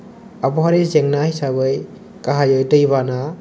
आबहावायारि जेंना हिसाबै गाहायै दैबाना